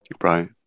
Right